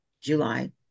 July